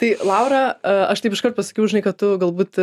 tai laura aš taip iškart pasakiau žinai kad tu galbūt